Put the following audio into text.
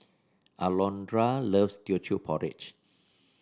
Alondra loves Teochew Porridge